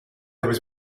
was